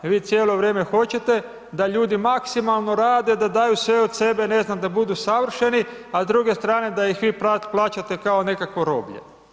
Vi cijelo vrijeme hoćete da ljudi maksimalno rade, da daju sve od sebe, ne znam, da budu savršeni a s druge strane da ih vi plaćate kao nekakvo roblje.